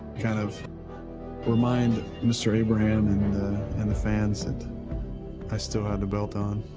kind of remind mr. abraham and the fans that i still had the belt on.